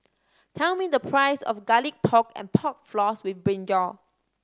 tell me the price of Garlic Pork and Pork Floss with brinjal